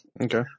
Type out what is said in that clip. okay